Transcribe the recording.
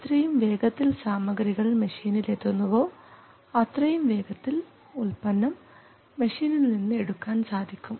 എത്രയും വേഗത്തിൽ സാമഗ്രികൾ മെഷീനിൽ എത്തുന്നു വോ അത്രയും വേഗത്തിൽ ഉൽപ്പന്നം മെഷീനിൽ നിന്ന് എടുക്കാൻ സാധിക്കും